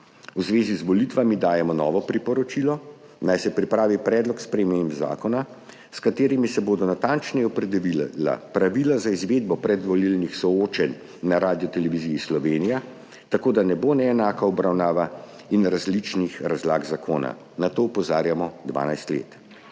V zvezi z volitvami dajemo novo priporočilo, naj se pripravi predlog sprememb zakona, s katerimi se bodo natančneje opredelila pravila za izvedbo predvolilnih soočenj na Radioteleviziji Slovenija, tako da ne bo neenake obravnave in različnih razlag zakona. Na to opozarjamo 12 let.